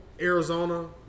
Arizona